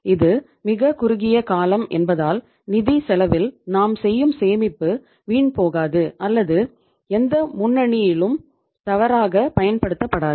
இது மிகக்குறுகிய காலம் என்பதால் நிதி செலவில் நாம் செய்யும் சேமிப்பு வீண் போகாது அல்லது எந்த முன்னணியிலும் தவறாகப் பயன்படுத்தப்படாது